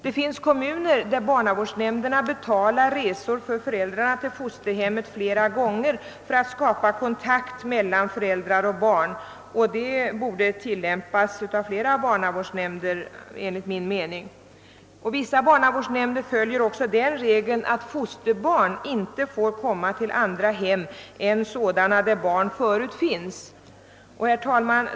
I vissa kommuner betalar barnavårdsnämnderna flera resor för föräldrarna till fosterhemmet för att skapa kontakt mellan föräldrar och barn, och enligt min mening borde detta system tillämpas av flera barnavårdsnämnder. Somliga barnavårdsnämnder följer också regeln att fosterbarn inte får komma till andra hem än sådana där barn förut finns.